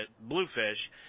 Bluefish